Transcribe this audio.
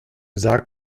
sarg